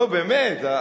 לא באמת,